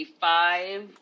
five